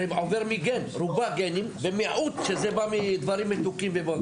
זה עובר מגן, רובה מגנים ומיעוט בא מדברים מתוקים.